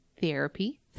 Therapy